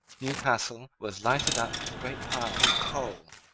newcastle was lighted up with great piles of coal.